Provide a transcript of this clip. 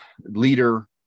Leader